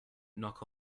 knock